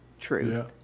truth